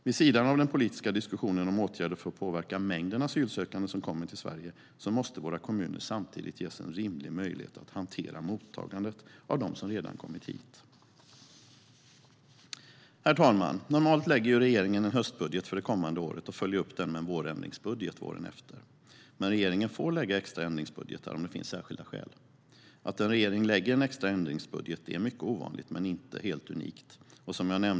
Vid sidan av den politiska diskussionen om åtgärder för att påverka mängden asylsökande som kommer till Sverige måste våra kommuner samtidigt ges en rimlig möjlighet att hantera mottagandet av dem som redan kommit hit. Herr talman! Normalt lägger regeringen fram en höstbudget för det kommande året och följer upp den med en vårändringsbudget våren efter. Men regeringen får lägga extra ändringsbudgetar om det finns särskilda skäl. Att en regering lägger en extra ändringsbudget är mycket ovanligt men inte helt unikt.